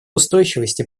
устойчивости